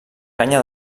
canya